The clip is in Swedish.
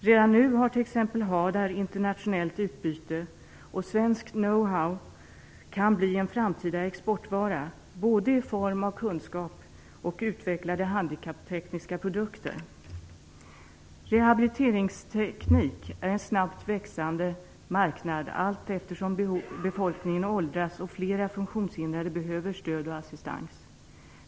Redan nu har t.ex. HADAR internationellt utbyte, och svensk know-how kan bli en framtida exportvara både i form av kunskap och utvecklade handikapptekniska produkter. Rehabiliteringsteknik är en snabbt växande marknad allteftersom befolkningen åldras och flera funktionshindrade behöver stöd och assistans.